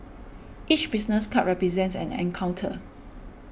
each business card represents an encounter